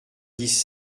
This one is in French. dix